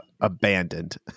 abandoned